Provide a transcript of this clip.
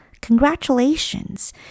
congratulations